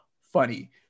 funny